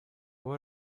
what